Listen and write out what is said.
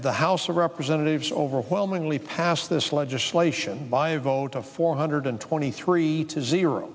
the house of representatives overwhelmingly passed this legislation by a vote of four hundred twenty three to zero